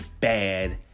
bad